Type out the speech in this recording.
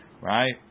Right